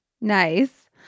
Nice